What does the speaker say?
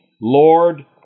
Lord